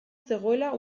zegoela